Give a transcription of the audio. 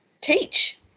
teach